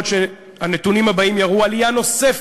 ואני מקווה מאוד שהנתונים הבאים יראו עלייה נוספת,